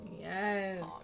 Yes